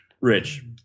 Rich